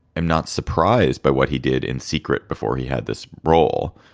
am not surprised by what he did in secret before he had this role.